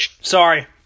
Sorry